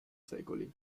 secoli